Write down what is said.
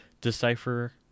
decipher